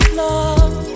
love